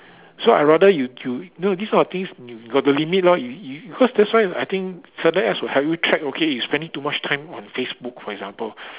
so I rather you you know this type of things you got the limit lor you you you cause that's why I think certain apps will help you track okay you spending too much time on Facebook for example